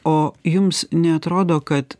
o jums neatrodo kad